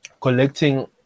collecting